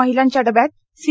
महिलांच्या डब्यात सी